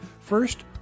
First